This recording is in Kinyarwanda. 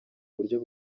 buryo